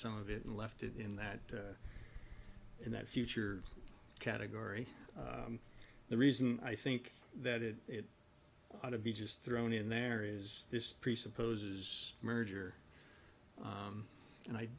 some of it and left it in that in that future category the reason i think that it it ought to be just thrown in there is this presupposes a merger and i